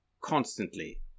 constantly